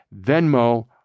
Venmo